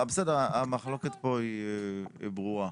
בסדר, המחלוקת פה היא ברורה.